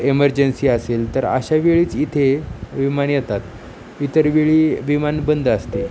emergency असेल तर अशावेळीच इथे विमान येतात इतर वेळी विमान बंद असते